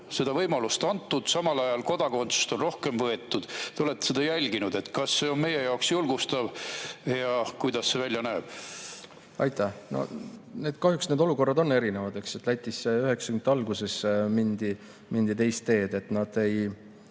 seda võimalust antud, samal ajal kodakondsust on rohkem võetud. Te olete seda jälginud. Kas see on meie jaoks julgustav ja kuidas see välja näeb? Aitäh! Kahjuks need olukorrad on erinevad. Lätis 1990-ndate alguses mindi teist teed. Nad kas ei